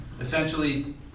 essentially